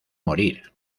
morir